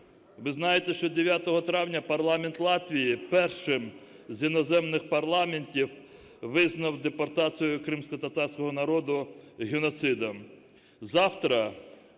Ви знаєте, що 9 травня парламент Латвії першим з іноземних парламентів, визнав депортацію кримськотатарського народу геноцидом.